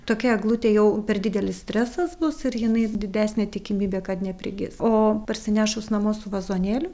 tokia eglutė jau per didelis stresas bus ir jinai didesnė tikimybė kad neprigis o parsinešus namo su vazonėliu